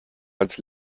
als